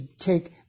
take